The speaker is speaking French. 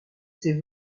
ses